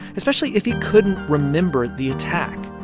especially if he couldn't remember the attack?